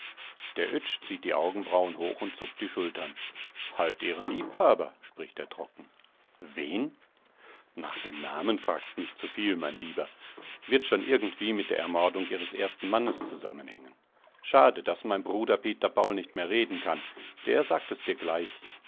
der oetsch zieht die augenbrauen hoch und zuckt die schultern halt ihren liebhaber spricht er trocken wen nach dem namen fragst mich zu viel mein lieber wird schon irgendwie mit der ermordung ihres ersten mannes zusammenhängen schade daß mein bruder peter paul nicht mehr reden kann der sagt es dir gleich